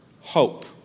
hope